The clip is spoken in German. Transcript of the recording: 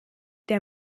der